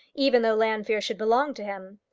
even though llanfeare should belong to him.